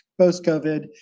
post-COVID